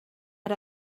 had